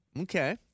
Okay